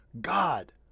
God